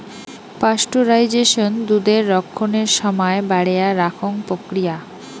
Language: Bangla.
পাস্টুরাইজেশন দুধের রক্ষণের সমায় বাড়েয়া রাখং প্রক্রিয়া